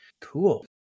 Cool